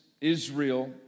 Israel